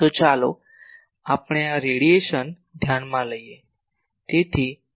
તો ચાલો આપણે આ રેડિયેશન ધ્યાનમાં લઈએ